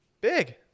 Big